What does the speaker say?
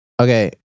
okay